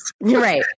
Right